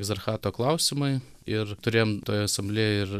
egzarchato klausimai ir turėjom toje asamblėjoj ir